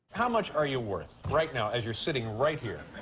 how much are you worth right now, as you're sitting right here?